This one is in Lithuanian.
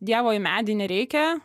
dievo į medį nereikia